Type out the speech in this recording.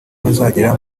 bazagera